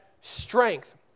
strength